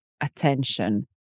Attention